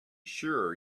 sure